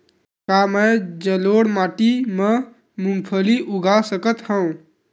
का मैं जलोढ़ माटी म मूंगफली उगा सकत हंव?